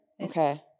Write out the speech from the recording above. Okay